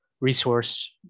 resource